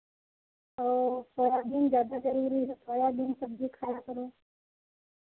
और सोयाबीन ज़्यादा ज़रूरी है सोयाबीन सब्ज़ी खाया करो